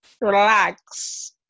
relax